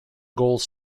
goals